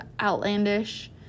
outlandish